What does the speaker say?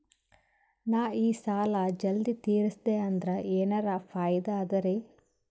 ನಾ ಈ ಸಾಲಾ ಜಲ್ದಿ ತಿರಸ್ದೆ ಅಂದ್ರ ಎನರ ಫಾಯಿದಾ ಅದರಿ?